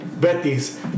Betis